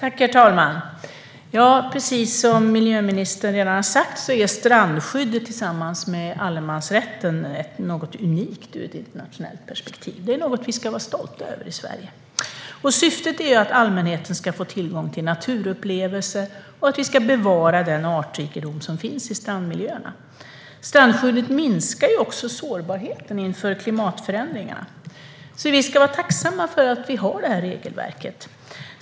Herr talman! Precis som miljöministern redan har sagt är strandskyddet tillsammans med allemansrätten något som är unikt ur ett internationellt perspektiv. Det ska vi vara stolta över i Sverige. Syftet är att allmänheten ska få tillgång till naturupplevelser och att vi ska bevara den artrikedom som finns i strandmiljöerna. Strandskyddet minskar också sårbarheten inför klimatförändringarna. Så vi ska vara tacksamma för att vi har det här regelverket.